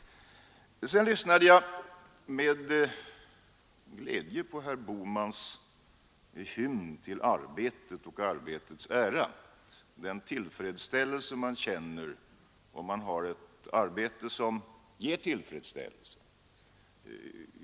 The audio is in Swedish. Jag lyssnade med glädje till herr Bohmans hymn till arbetets ära. Han talade om den tillfredsställelse man känner om man har ett arbete som ger tillfredsställelse.